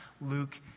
Luke